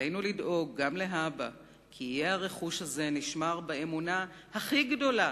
עלינו לדאוג גם להבא כי יהיה הרכוש הזה נשמר באמונה הכי גדולה,